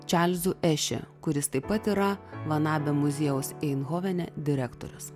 čarlzu ešė kuris taip pat yra van abe muziejaus eindhovene direktorius